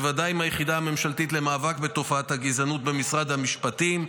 בוודאי עם היחידה הממשלתית למאבק בתופעת הגזענות במשרד המשפטים,